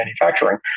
manufacturing